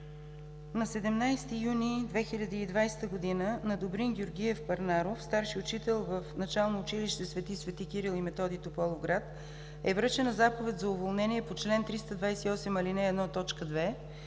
на 17 юни 2020 г. на Добрин Георгиев Парнаров – старши учител в Начално училище „Св. св. Кирил и Методий“ – Тополовград, е връчена заповед за уволнение по чл. 328, ал. 1,